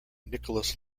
nicholas